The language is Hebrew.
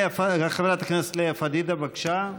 חברת הכנסת לאה פדידה, בבקשה.